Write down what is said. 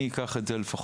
כרגע אני אקח את זה עליי,